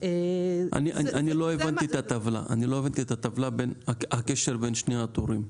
אני לא הבנתי את הטבלה, הקשר בין שני הטורים.